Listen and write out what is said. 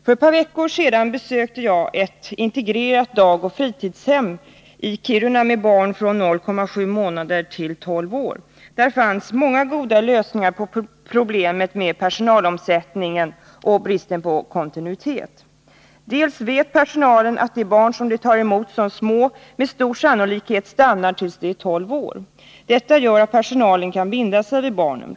För ett par veckor sedan besökte jag ett integrerat dagoch fritidshem i Kiruna med barn i åldern sju månader till tolv år. Där fanns många goda lösningar på problemet med personalomsättningen och bristen på kontinuitet. Personalen där vet att de barn man tar emot som små med stor sannolikhet stannar tills de blir tolv år. Detta gör att personalen kan binda sig vid barnen.